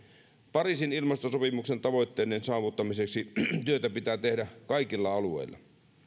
pariisin ilmastosopimuksen tavoitteiden saavuttamiseksi työtä pitää tehdä kaikilla alueilla